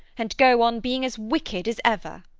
and go on being as wicked as ever.